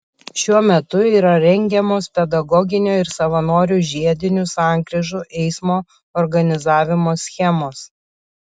šiuo metu yra rengiamos pedagoginio ir savanorių žiedinių sankryžų eismo organizavimo schemos